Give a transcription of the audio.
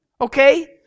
Okay